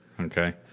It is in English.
okay